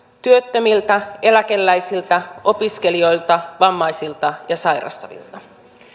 työttömiltä eläkeläisiltä opiskelijoilta vammaisilta ja sairastavilta